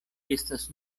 estas